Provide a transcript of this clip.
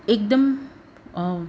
એકદમ